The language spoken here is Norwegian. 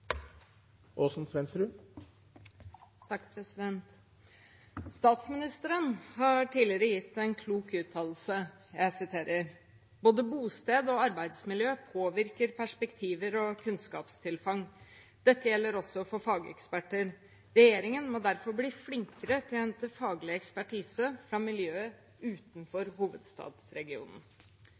arbeidsmiljø påvirker perspektiver og kunnskapstilfang, dette gjelder også for fageksperter. Regjeringen må derfor bli flinkere til å hente faglig ekspertise fra miljøer utenfor hovedstadsregionen.»